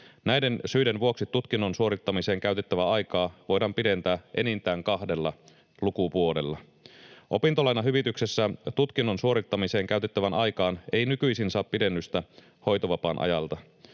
Näiden syiden vuoksi tutkinnon suorittamiseen käytettävää aikaa voidaan pidentää enintään kahdella lukuvuodella. Opintolainahyvityksessä tutkinnon suorittamiseen käytettävään aikaan ei nykyisin saa pidennystä hoitovapaan ajalta.